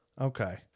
Okay